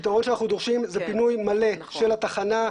הפתרון שאנחנו דורשים זה פינוי מלא של התחנה,